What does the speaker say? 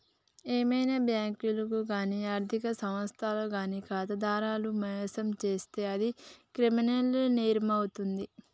ఏవైనా బ్యేంకులు గానీ ఆర్ధిక సంస్థలు గానీ ఖాతాదారులను మోసం చేత్తే అది క్రిమినల్ నేరమవుతాది